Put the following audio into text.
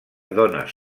dones